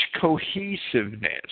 cohesiveness